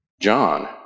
John